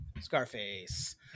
Scarface